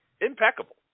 Impeccable